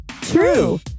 True